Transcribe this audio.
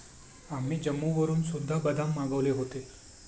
आम्ही जम्मूवरून सुद्धा बदाम मागवले होते